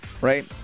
Right